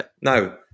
No